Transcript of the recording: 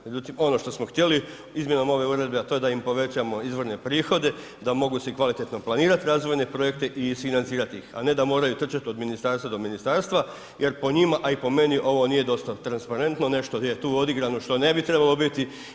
Međutim, ono što smo htjeli, izmjenom ove uredbe a to je da im povećamo izvorne prihode da mogu si kvalitetno planirati razvojne projekte i isfinancirati ih a ne da moraju trčati od ministarstva do ministarstva jer po njima a i po meni ovo nije dosta transparentno, nešto je tu odigrano što ne bi trebalo biti.